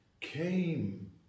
came